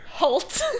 Halt